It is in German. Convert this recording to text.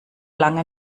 lange